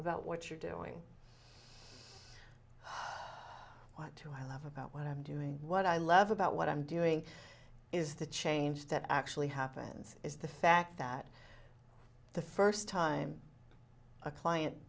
about what you're doing whoa what i love about what i'm doing what i love about what i'm doing is the change that actually happens is the fact that the first time a client